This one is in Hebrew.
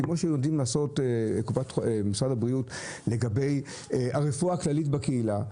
כפי שיודע לעשות משרד הבריאות לגבי הרפואה הכללית בקהילה.